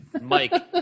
Mike